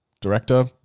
director